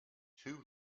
two